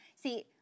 See